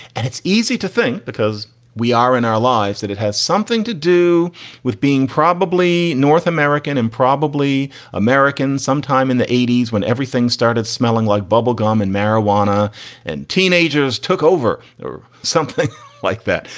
and it's easy to think because we are in our lives that it has something to do with being probably north american and probably american. sometime in the eighty s, when everything started smelling like bubble gum and marijuana and teenagers took over. or something like that.